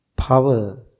power